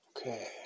Okay